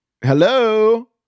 Hello